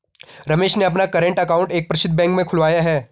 रमेश ने अपना current account एक प्रसिद्ध बैंक में खुलवाया है